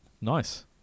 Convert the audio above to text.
nice